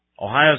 Ohio